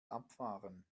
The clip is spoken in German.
abfahren